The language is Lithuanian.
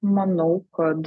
manau kad